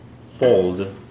fold